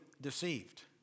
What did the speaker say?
deceived